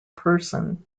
person